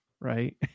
right